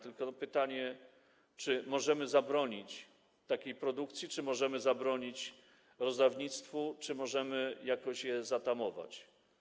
Tylko pytanie, czy możemy zabronić takiej produkcji, czy możemy zabronić rozdawnictwa, czy możemy jakoś je zatamować.